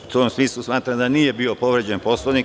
U tom smislu smatram da nije bio povređen Poslovnik.